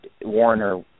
Warner